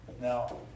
Now